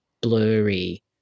blurry